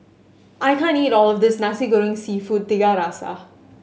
I can't eat all of this Nasi Goreng Seafood Tiga Rasa